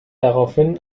daraufhin